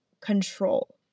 control